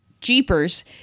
jeepers